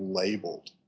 labeled